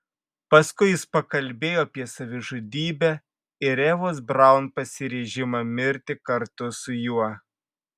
paskui jis pakalbėjo apie savižudybę ir evos braun pasiryžimą mirti kartu su juo